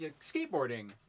skateboarding